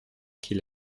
qu’il